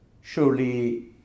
surely